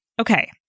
Okay